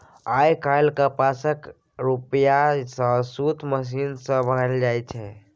आइ काल्हि कपासक रुइया सँ सुत मशीन सँ बनाएल जाइ छै